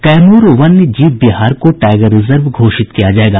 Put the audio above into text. कैमूर वन्य जीव विहार को टाइगर रिजर्व घोषित किया जायेगा